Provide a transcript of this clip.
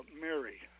Mary